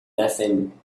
nothing